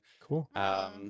Cool